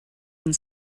and